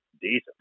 decent